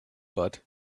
but